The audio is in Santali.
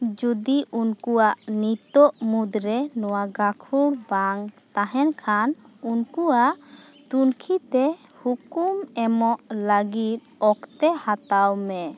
ᱡᱩᱫᱤ ᱩᱱᱠᱩᱣᱟᱜ ᱱᱤᱛᱳᱜ ᱢᱩᱫᱽᱨᱮ ᱱᱚᱣᱟ ᱜᱟᱹᱠᱷᱩᱲ ᱵᱟᱝ ᱛᱟᱦᱮᱱ ᱠᱷᱟᱱ ᱩᱱᱠᱩᱣᱟᱜ ᱛᱩᱱᱠᱷᱤ ᱛᱮ ᱦᱩᱠᱩᱢ ᱮᱢᱚᱜ ᱞᱟᱹᱜᱤᱫ ᱚᱠᱛᱚ ᱦᱟᱛᱟᱣ ᱢᱮ